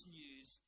news